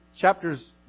chapters